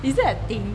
is that a thing